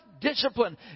discipline